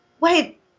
wait